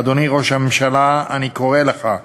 אדוני ראש הממשלה, אני קורא לך,